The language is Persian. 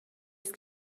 است